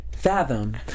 fathom